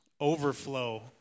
overflow